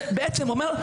זה בעצם אומר,